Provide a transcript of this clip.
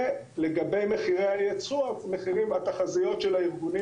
ולגבי מחירי הייצוא התחזיות של הארגונים